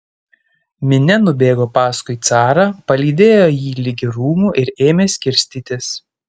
minia nubėgo paskui carą palydėjo jį ligi rūmų ir ėmė skirstytis